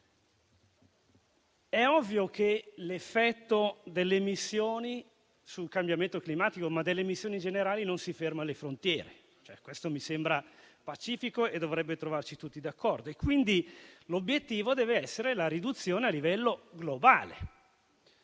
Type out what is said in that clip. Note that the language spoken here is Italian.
è ovvio che l'effetto delle emissioni sul cambiamento climatico, ma delle emissioni generali, non si ferma alle frontiere, questo mi sembra pacifico e dovrebbe trovarci tutti d'accordo. L'obiettivo, quindi, dev'essere la loro riduzione a livello globale.